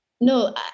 No